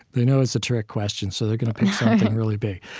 they know it's a trick question, so they're going to pick something really big.